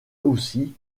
aussi